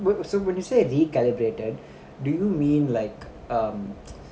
w~ so when you say recalibrated do you mean like um